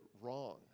wrong